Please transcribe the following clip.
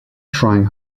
trying